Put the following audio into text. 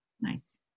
Nice